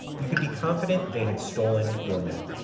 you could be confident they had stolen your map.